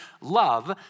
love